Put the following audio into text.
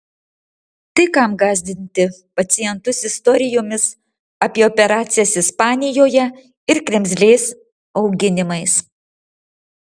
tai kam gąsdinti pacientus istorijomis apie operacijas ispanijoje ir kremzlės auginimais